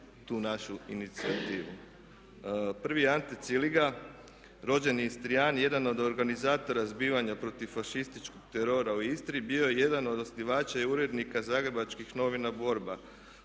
tu našu inicijativu. Prvi je Ante Ciliga rođeni Istrijan, jedan od organizatora zbivanja protiv fašističkog terora u Istri. Bio je jedan od osnivača i urednika zagrebačkih novina "Borba"